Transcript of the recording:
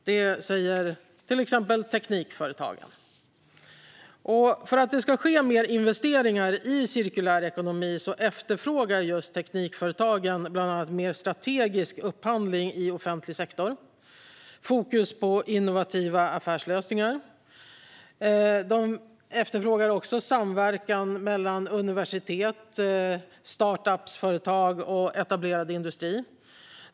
Detta säger till exempel teknikföretagen, och för att det ska göras mer investeringar i cirkulär ekonomi efterfrågar just teknikföretagen bland annat en mer strategisk upphandling i offentlig sektor och fokus på innovativa affärslösningar. De efterfrågar också samverkan mellan universitet, startup-företag och etablerad industri.